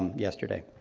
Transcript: um yesterday.